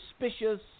suspicious